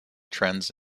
trends